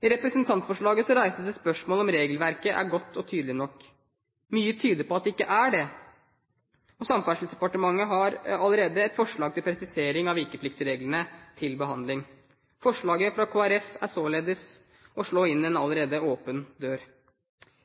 I representantforslaget reises det spørsmål ved om regelverket er godt og tydelig nok. Mye tyder på at det ikke er det, og Samferdselsdepartementet har allerede et forslag til presisering av vikepliktsreglene til behandling. Forslaget fra Kristelig Folkeparti er således å slå inn en allerede åpen dør.